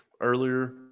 earlier